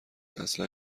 اصلا